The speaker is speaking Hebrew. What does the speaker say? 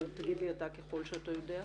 אבל תשיב לי אתה ככל שאתה יודע.